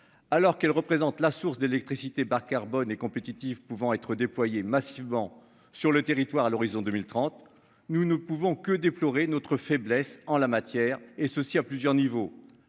Alors qu'elle représente la source d'électricité bas-carbone et compétitive pouvant être déployée massivement sur le territoire à l'horizon 2030. Nous ne pouvons que déplorer notre faiblesse en la matière et ceci à plusieurs niveaux